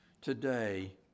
today